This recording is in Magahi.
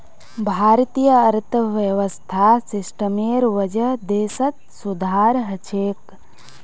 भारतीय अर्थव्यवस्था सिस्टमेर वजह देशत सुधार ह छेक